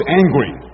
angry